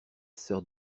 sœur